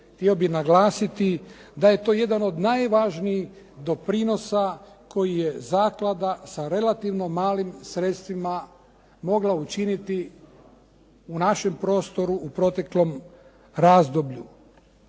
htio bih naglasiti da je to jedan od najvažnijih doprinosa koje je zaklada sa relativno malim sredstvima mogla učiniti u našem prostoru u proteklom razdoblju.